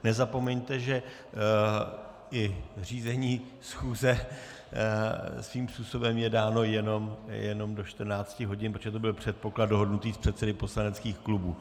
Nezapomeňte, že i řízení schůze svým způsobem je dáno jenom do 14 hodin, protože to byl předpoklad dohodnutý s předsedy poslaneckých klubů.